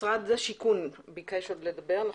משרד השיכון ביקש לדבר.